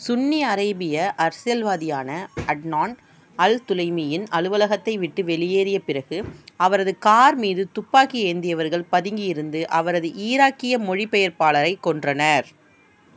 சுன்னி அரேபிய அரசியல்வாதியான Adnan al துலைமியின் அலுவலகத்தை விட்டு வெளியேறிய பிறகு அவரது கார் மீது துப்பாக்கி ஏந்தியவர்கள் பதுங்கியிருந்து அவரது ஈராக்கிய மொழிபெயர்ப்பாளரைக் கொன்றனர்